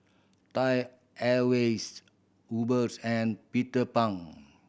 Thai Airways Uber and Peter Pan